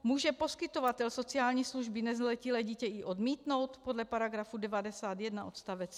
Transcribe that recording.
Může poskytovatel sociální služby nezletilé dítě i odmítnout podle § 91 odst.